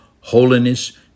holiness